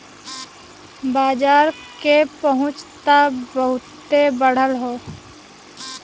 बाजार के पहुंच त बहुते बढ़ल हौ